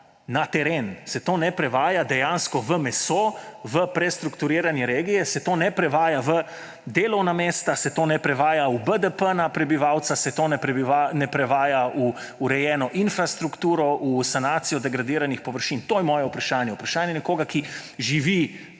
na teren, se to ne prevaja dejansko v meso, v prestrukturiranje regije, se to ne prevaja v delovna mesta, se to ne prevaja v BDP na prebivalca, se to ne prevaja v urejeno infrastrukturo, v sanacijo degradiranih površin? To je moje vprašanje. Vprašanje nekoga, ki živi